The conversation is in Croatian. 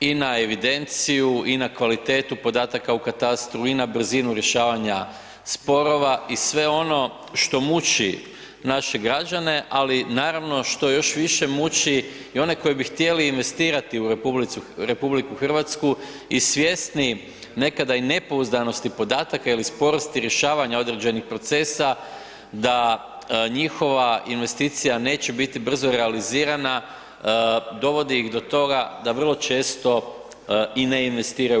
i na evidenciju i na kvalitetu podataka u katastru i na brzinu rješavanja sporova i sve ono što muči naše građane, ali naravno što još više muči i oni koji bi htjeli investirati u RH i svjesni nekada i nepouzdanosti podataka ili sporosti rješavanja određenih procesa da njihova investicija neće biti brzo realizirana dovodi ih do toga da vrlo često i ne investiraju u RH.